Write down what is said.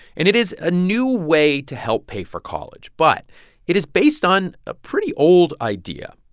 and it is a new way to help pay for college. but it is based on a pretty old idea.